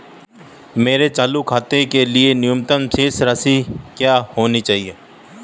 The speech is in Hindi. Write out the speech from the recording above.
मेरे चालू खाते के लिए न्यूनतम शेष राशि क्या होनी चाहिए?